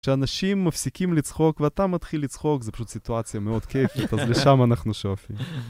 כשאנשים מפסיקים לצחוק ואתה מתחיל לצחוק, זה פשוט סיטואציה מאוד כייפית, אז לשם אנחנו שואפים.